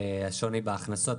בבקשה.